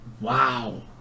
Wow